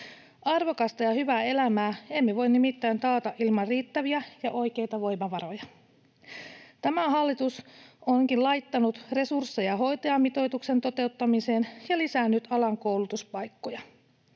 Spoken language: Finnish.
Arvokasta ja hyvää elämää emme voi nimittäin taata ilman riittäviä ja oikeita voimavaroja. Tämä hallitus onkin laittanut resursseja hoitajamitoituksen toteuttamiseen ja lisää nyt alan koulutuspaikkoja.